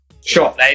Sure